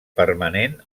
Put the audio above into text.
permanent